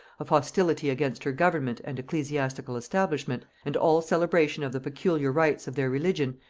of hostility against her government and ecclesiastical establishment, and all celebration of the peculiar rites of their religion,